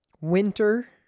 winter